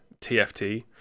TFT